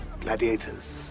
Gladiators